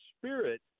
spirit